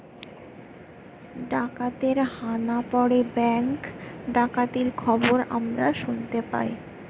ডাকাতের হানা পড়ে ব্যাঙ্ক ডাকাতির খবর আমরা শুনতে পাই